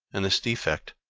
and this defect,